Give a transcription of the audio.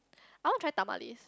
I want to try Tamales